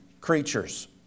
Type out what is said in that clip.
creatures